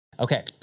Okay